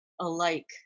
alike